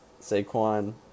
Saquon